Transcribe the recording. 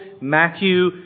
Matthew